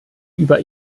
über